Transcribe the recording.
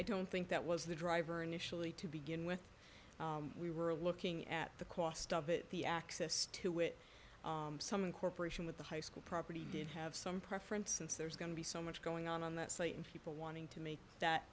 i don't think that was the driver initially to begin with we were looking at the cost of it the access to which some incorporation with the high school property did have some preference since there's going to be so much going on on that site and people wanting to make that